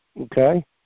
Okay